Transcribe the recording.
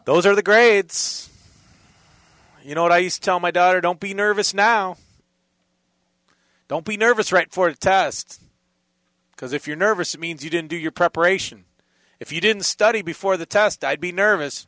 those are the grades you know what i use tell my daughter don't be nervous now don't be nervous right for the test because if you're nervous that means you didn't do your preparation if you didn't study before the test i'd be nervous